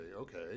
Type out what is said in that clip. okay